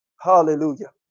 Hallelujah